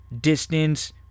Distance